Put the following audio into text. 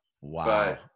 Wow